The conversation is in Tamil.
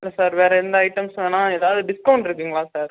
இல்லை சார் வேறு எந்த ஐட்டம்ஸும் வேணா எதாவது டிஸ்கௌண்ட் இருக்குங்களா சார்